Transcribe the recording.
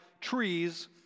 trees